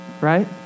right